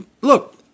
look